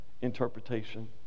interpretation